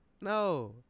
No